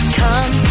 come